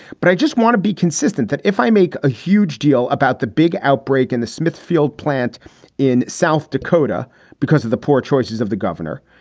but i just want to be consistent that if i make a huge deal about the big outbreak in the smithfield plant in south dakota because of the poor choices of the governor,